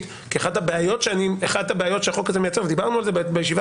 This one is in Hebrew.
כי אחת הבעיות שהחוק הזה מייצר ודיברנו על זה בישיבה